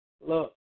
Look